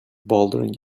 bouldering